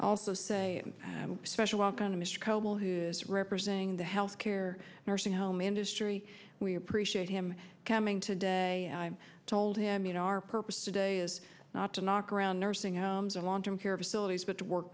also say a special welcome to mr coble who is representing the health care nursing home industry we appreciate him coming today i told him you know our purpose today is not to knock around nursing homes or long term care facilities but to work